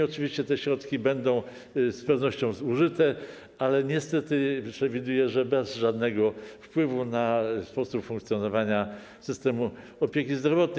Oczywiście te środki będą z pewnością zużyte, ale niestety przewiduję, że bez żadnego wpływu na sposób funkcjonowania systemu opieki zdrowotnej.